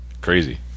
crazy